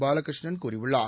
பாலகிருஷ்ணன் கூறியுள்ளார்